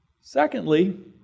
Secondly